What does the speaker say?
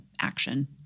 action